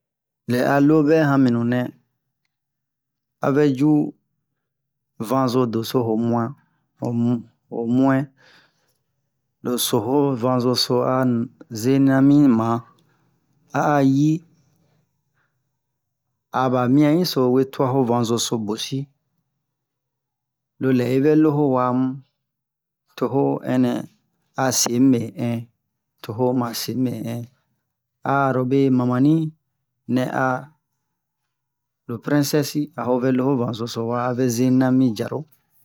lɛ a lobɛ hanminu nɛ a vɛ ju vanzo doso ho muɛn ho mu- ho muɛn lo so ho vanzo so a zenia mi man a yi a ɓa mian'inso we tuwa ho vanzo so bosi lo lɛ hi vɛ lo ho wa mu to ho ɛnɛ a se nɓe hin to ho ma se nɓe hin a lobe mamani nɛ a lo prɛnsɛsi a o vɛlo o vanso wa avɛ zenia mi yaro